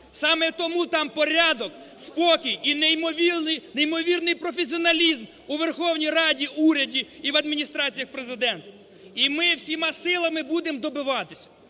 Саме тому там порядок, спокій і неймовірний професіоналізм у Верховній Раді, уряді і в адміністраціях президента. І ми всіма силами будемо добиватися.